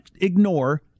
ignore